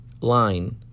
line